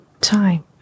time